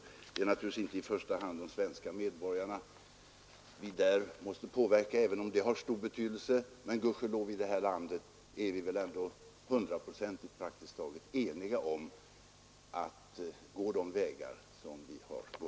I första hand är det naturligtvis inte de svenska medborgarna vi måste påverka, även om detta har stor betydelse, men i detta land är vi gudskelov praktiskt taget hundraprocentigt eniga om att fortsätta på de vägar som vi gått.